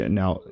now